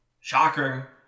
shocker